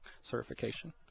certification